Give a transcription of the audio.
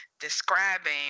describing